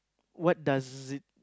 what does it